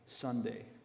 Sunday